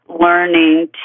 learning